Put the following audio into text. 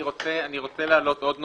אדוני, אני רוצה להעלות עוד נושא.